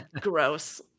Gross